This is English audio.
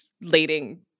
leading